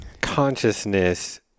consciousness